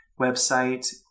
website